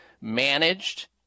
managed